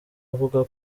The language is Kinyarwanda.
avuga